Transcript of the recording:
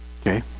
Okay